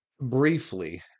briefly